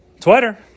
twitter